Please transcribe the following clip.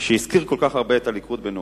שהזכיר כל כך הרבה את הליכוד בנאומו.